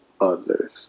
others